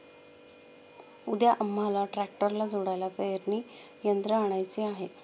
उद्या आम्हाला ट्रॅक्टरला जोडायला पेरणी यंत्र आणायचे आहे